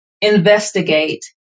investigate